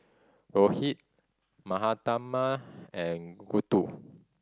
Rohit Mahatma and Gouthu